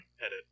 Edit